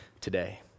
today